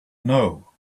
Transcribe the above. know